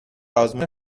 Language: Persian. آزمون